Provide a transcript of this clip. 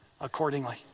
accordingly